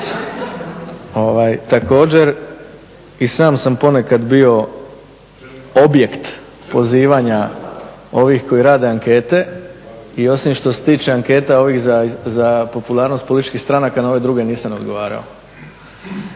Također, i sam sam ponekad bio objekt pozivanja ovih koji rade ankete i osim što se tiče anketa ovih za popularnost političkih stranaka, na ove druge nisam odgovarao.